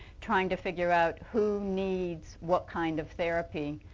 trying to figure out who needs what kind of therapy,